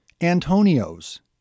Antonio's